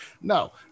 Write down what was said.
No